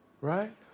right